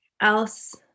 else